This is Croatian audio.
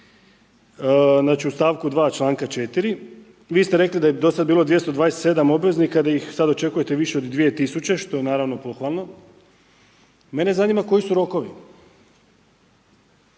Znači, u stavku 2., članka 4., vi ste rekli da je do sad bilo 227 obveznika, da ih sad očekujete više od 2000, što je naravno pohvalno. Mene zanima koji su rokovi?